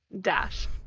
dash